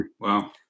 Wow